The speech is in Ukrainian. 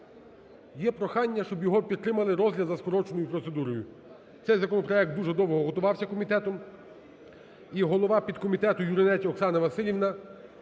є прохання, щоб його підтримали розгляд за скороченою процедурою. Цей законопроект дуже довго готувався комітетом, і голова підкомітету Юринець Оксана Василівна